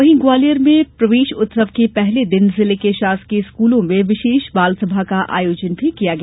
वहीं ग्वालियर में प्रवेश उत्सव के पहले दिन जिले के शासकीय स्कूलों में विशेष बालसभा का आयोजन किया गया